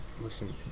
Listen